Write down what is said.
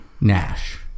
Nash